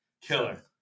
Killer